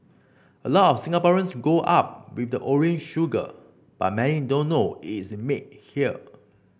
a lot of Singaporeans grow up with the orange sugar but many don't know it's made here